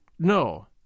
No